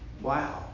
Wow